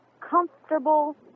comfortable